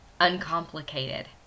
uncomplicated